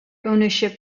ownership